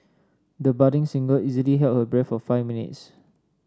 the budding singer easily held her breath for five minutes